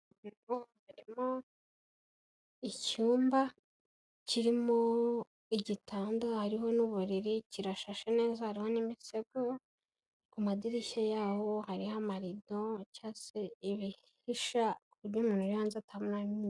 Icyumba kirimo igitanda harihoho n'uburiri kirashashe neza haro nimisego, ku madirishya yaho hariho amarido cyangwa se ibihisha kuburyo umuntu uri hanze atabina mo imbere.